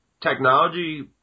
technology